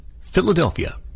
Philadelphia